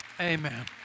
Amen